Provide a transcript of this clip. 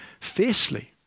fiercely